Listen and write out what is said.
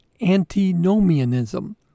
antinomianism